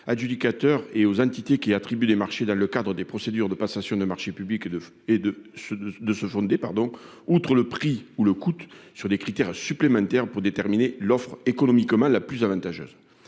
adjudicateurs et aux entités qui attribuent des marchés dans le cadre de procédures de passation de marchés publics de se fonder, outre le prix ou le coût, sur des critères supplémentaires pour déterminer l'offre économiquement la plus avantageuse.